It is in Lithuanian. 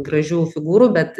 gražių figūrų bet